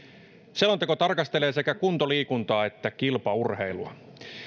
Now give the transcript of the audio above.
selonteko tarkastelee sekä kuntoliikuntaa että kilpaurheilua